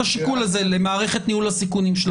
השיקול הזה למערכת ניהול הסיכונים שלכם.